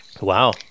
Wow